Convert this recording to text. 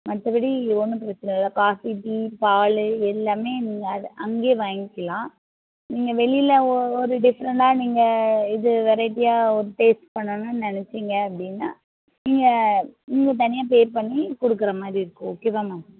மற்றபடி ஒன்றும் பிரச்சின இல்லை காஃபி டீ பால் எல்லாமே நீங்கள் அதை அங்கேயே வாங்கிகலாம் நீங்கள் வெளியில் ஒ ஒரு டிஃப்ரெண்டாக நீங்கள் இது வெரைட்டியாக ஒரு டேஸ்ட் பண்ணணும் நினச்சிங்க அப்படின்னா நீங்கள் நீங்கள் தனியாக பே பண்ணி கொடுக்குற மாதிரி இருக்கும் ஓகேவா மேம்